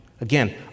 Again